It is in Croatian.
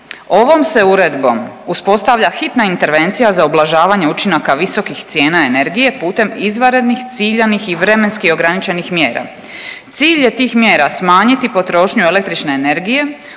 ovom se Uredbom uspostavlja hitna intervencija za ublažavanje učinaka visokih cijena energije putem izvanrednih, ciljanih i vremenski ograničenih mjera. Cilj je tih mjera smanjiti potrošnju električne energije,